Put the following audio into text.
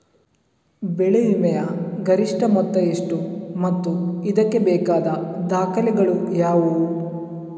ಬೆಳೆ ವಿಮೆಯ ಗರಿಷ್ಠ ಮೊತ್ತ ಎಷ್ಟು ಮತ್ತು ಇದಕ್ಕೆ ಬೇಕಾದ ದಾಖಲೆಗಳು ಯಾವುವು?